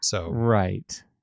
Right